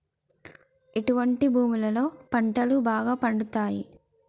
ఎటువంటి భూములలో పంటలు బాగా పండుతయ్?